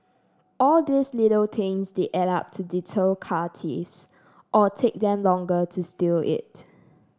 all these little things they add up to deter car thieves or take them longer to steal it